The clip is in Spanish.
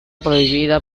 prohibida